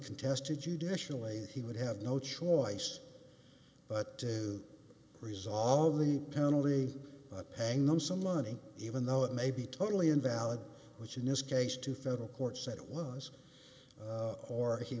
contest a judicially he would have no choice but to resolve the penalty of paying them some money even though it may be totally invalid which in this case to federal court said it was or he